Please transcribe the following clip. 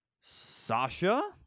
Sasha